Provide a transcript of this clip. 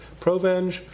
Provenge